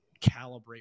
calibrate